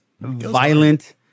violent